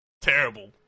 Terrible